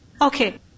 Okay